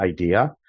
idea